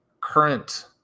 current